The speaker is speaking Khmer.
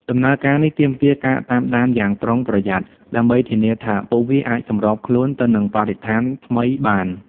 ដំណើរការនេះទាមទារការតាមដានយ៉ាងប្រុងប្រយ័ត្ន ដើម្បីធានាថាពួកវាអាចសម្របខ្លួនទៅនឹងបរិស្ថានថ្មីបាន។